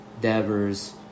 Devers